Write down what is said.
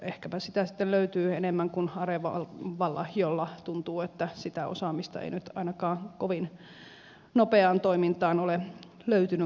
ehkäpä sitä sitten löytyy enemmän kuin arevalla josta sitä osaamista ei nyt ainakaan kovin nopeaan toimintaan tunnu löytyneen